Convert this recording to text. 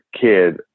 kid